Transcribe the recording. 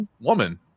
woman